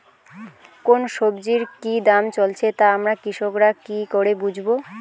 কোন সব্জির কি দাম চলছে তা আমরা কৃষক রা কি করে বুঝবো?